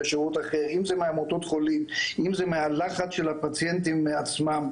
זה פעולה כבר חדשנית,